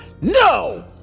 NO